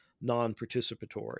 non-participatory